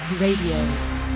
Radio